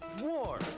war